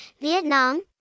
Vietnam